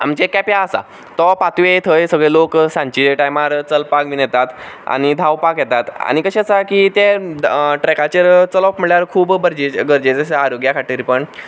आमचे केप्यां आसा तो पाथवे थंय सगळे लोक सांजेचे टायमार चलपाक बीन येतात आनी धांवपाक येतात आनी कशें आसा की ते ट्रॅकाचेर चलप म्हणल्यार खूब गरजेचें गरजेचें आसा आरोग्या खातीर पण